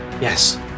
yes